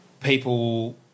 people